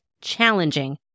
challenging